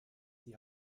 die